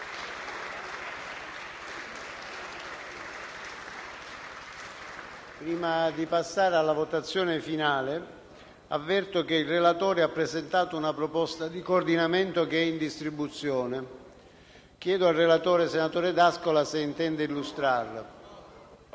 Prima di passare alla votazione finale, avverto che il relatore ha presentato una proposta di coordinamento che è in distribuzione. Chiedo al relatore, senatore D'ascola, se intende illustrarla.